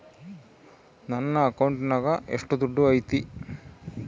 ನನ್ನ ಅಕೌಂಟಿನಾಗ ಎಷ್ಟು ದುಡ್ಡು ಐತಿ?